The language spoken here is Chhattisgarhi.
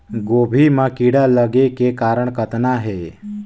गोभी म कीड़ा लगे के कारण कतना हे?